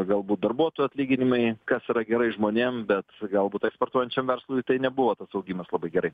galbūt darbuotojų atlyginimai kas yra gerai žmonėm bet galbūt eksportuojančiam verslui tai nebuvo tas augimas labai gerai